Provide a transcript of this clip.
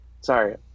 Sorry